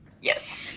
Yes